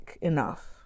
enough